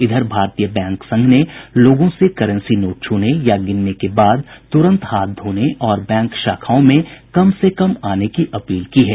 इधर भारतीय बैंक संघ ने लोगों से करेंसी नोट छूने या गिनने के बाद तुरंत हाथ धोने और बैंक शाखाओं में कम से कम आने की अपील की है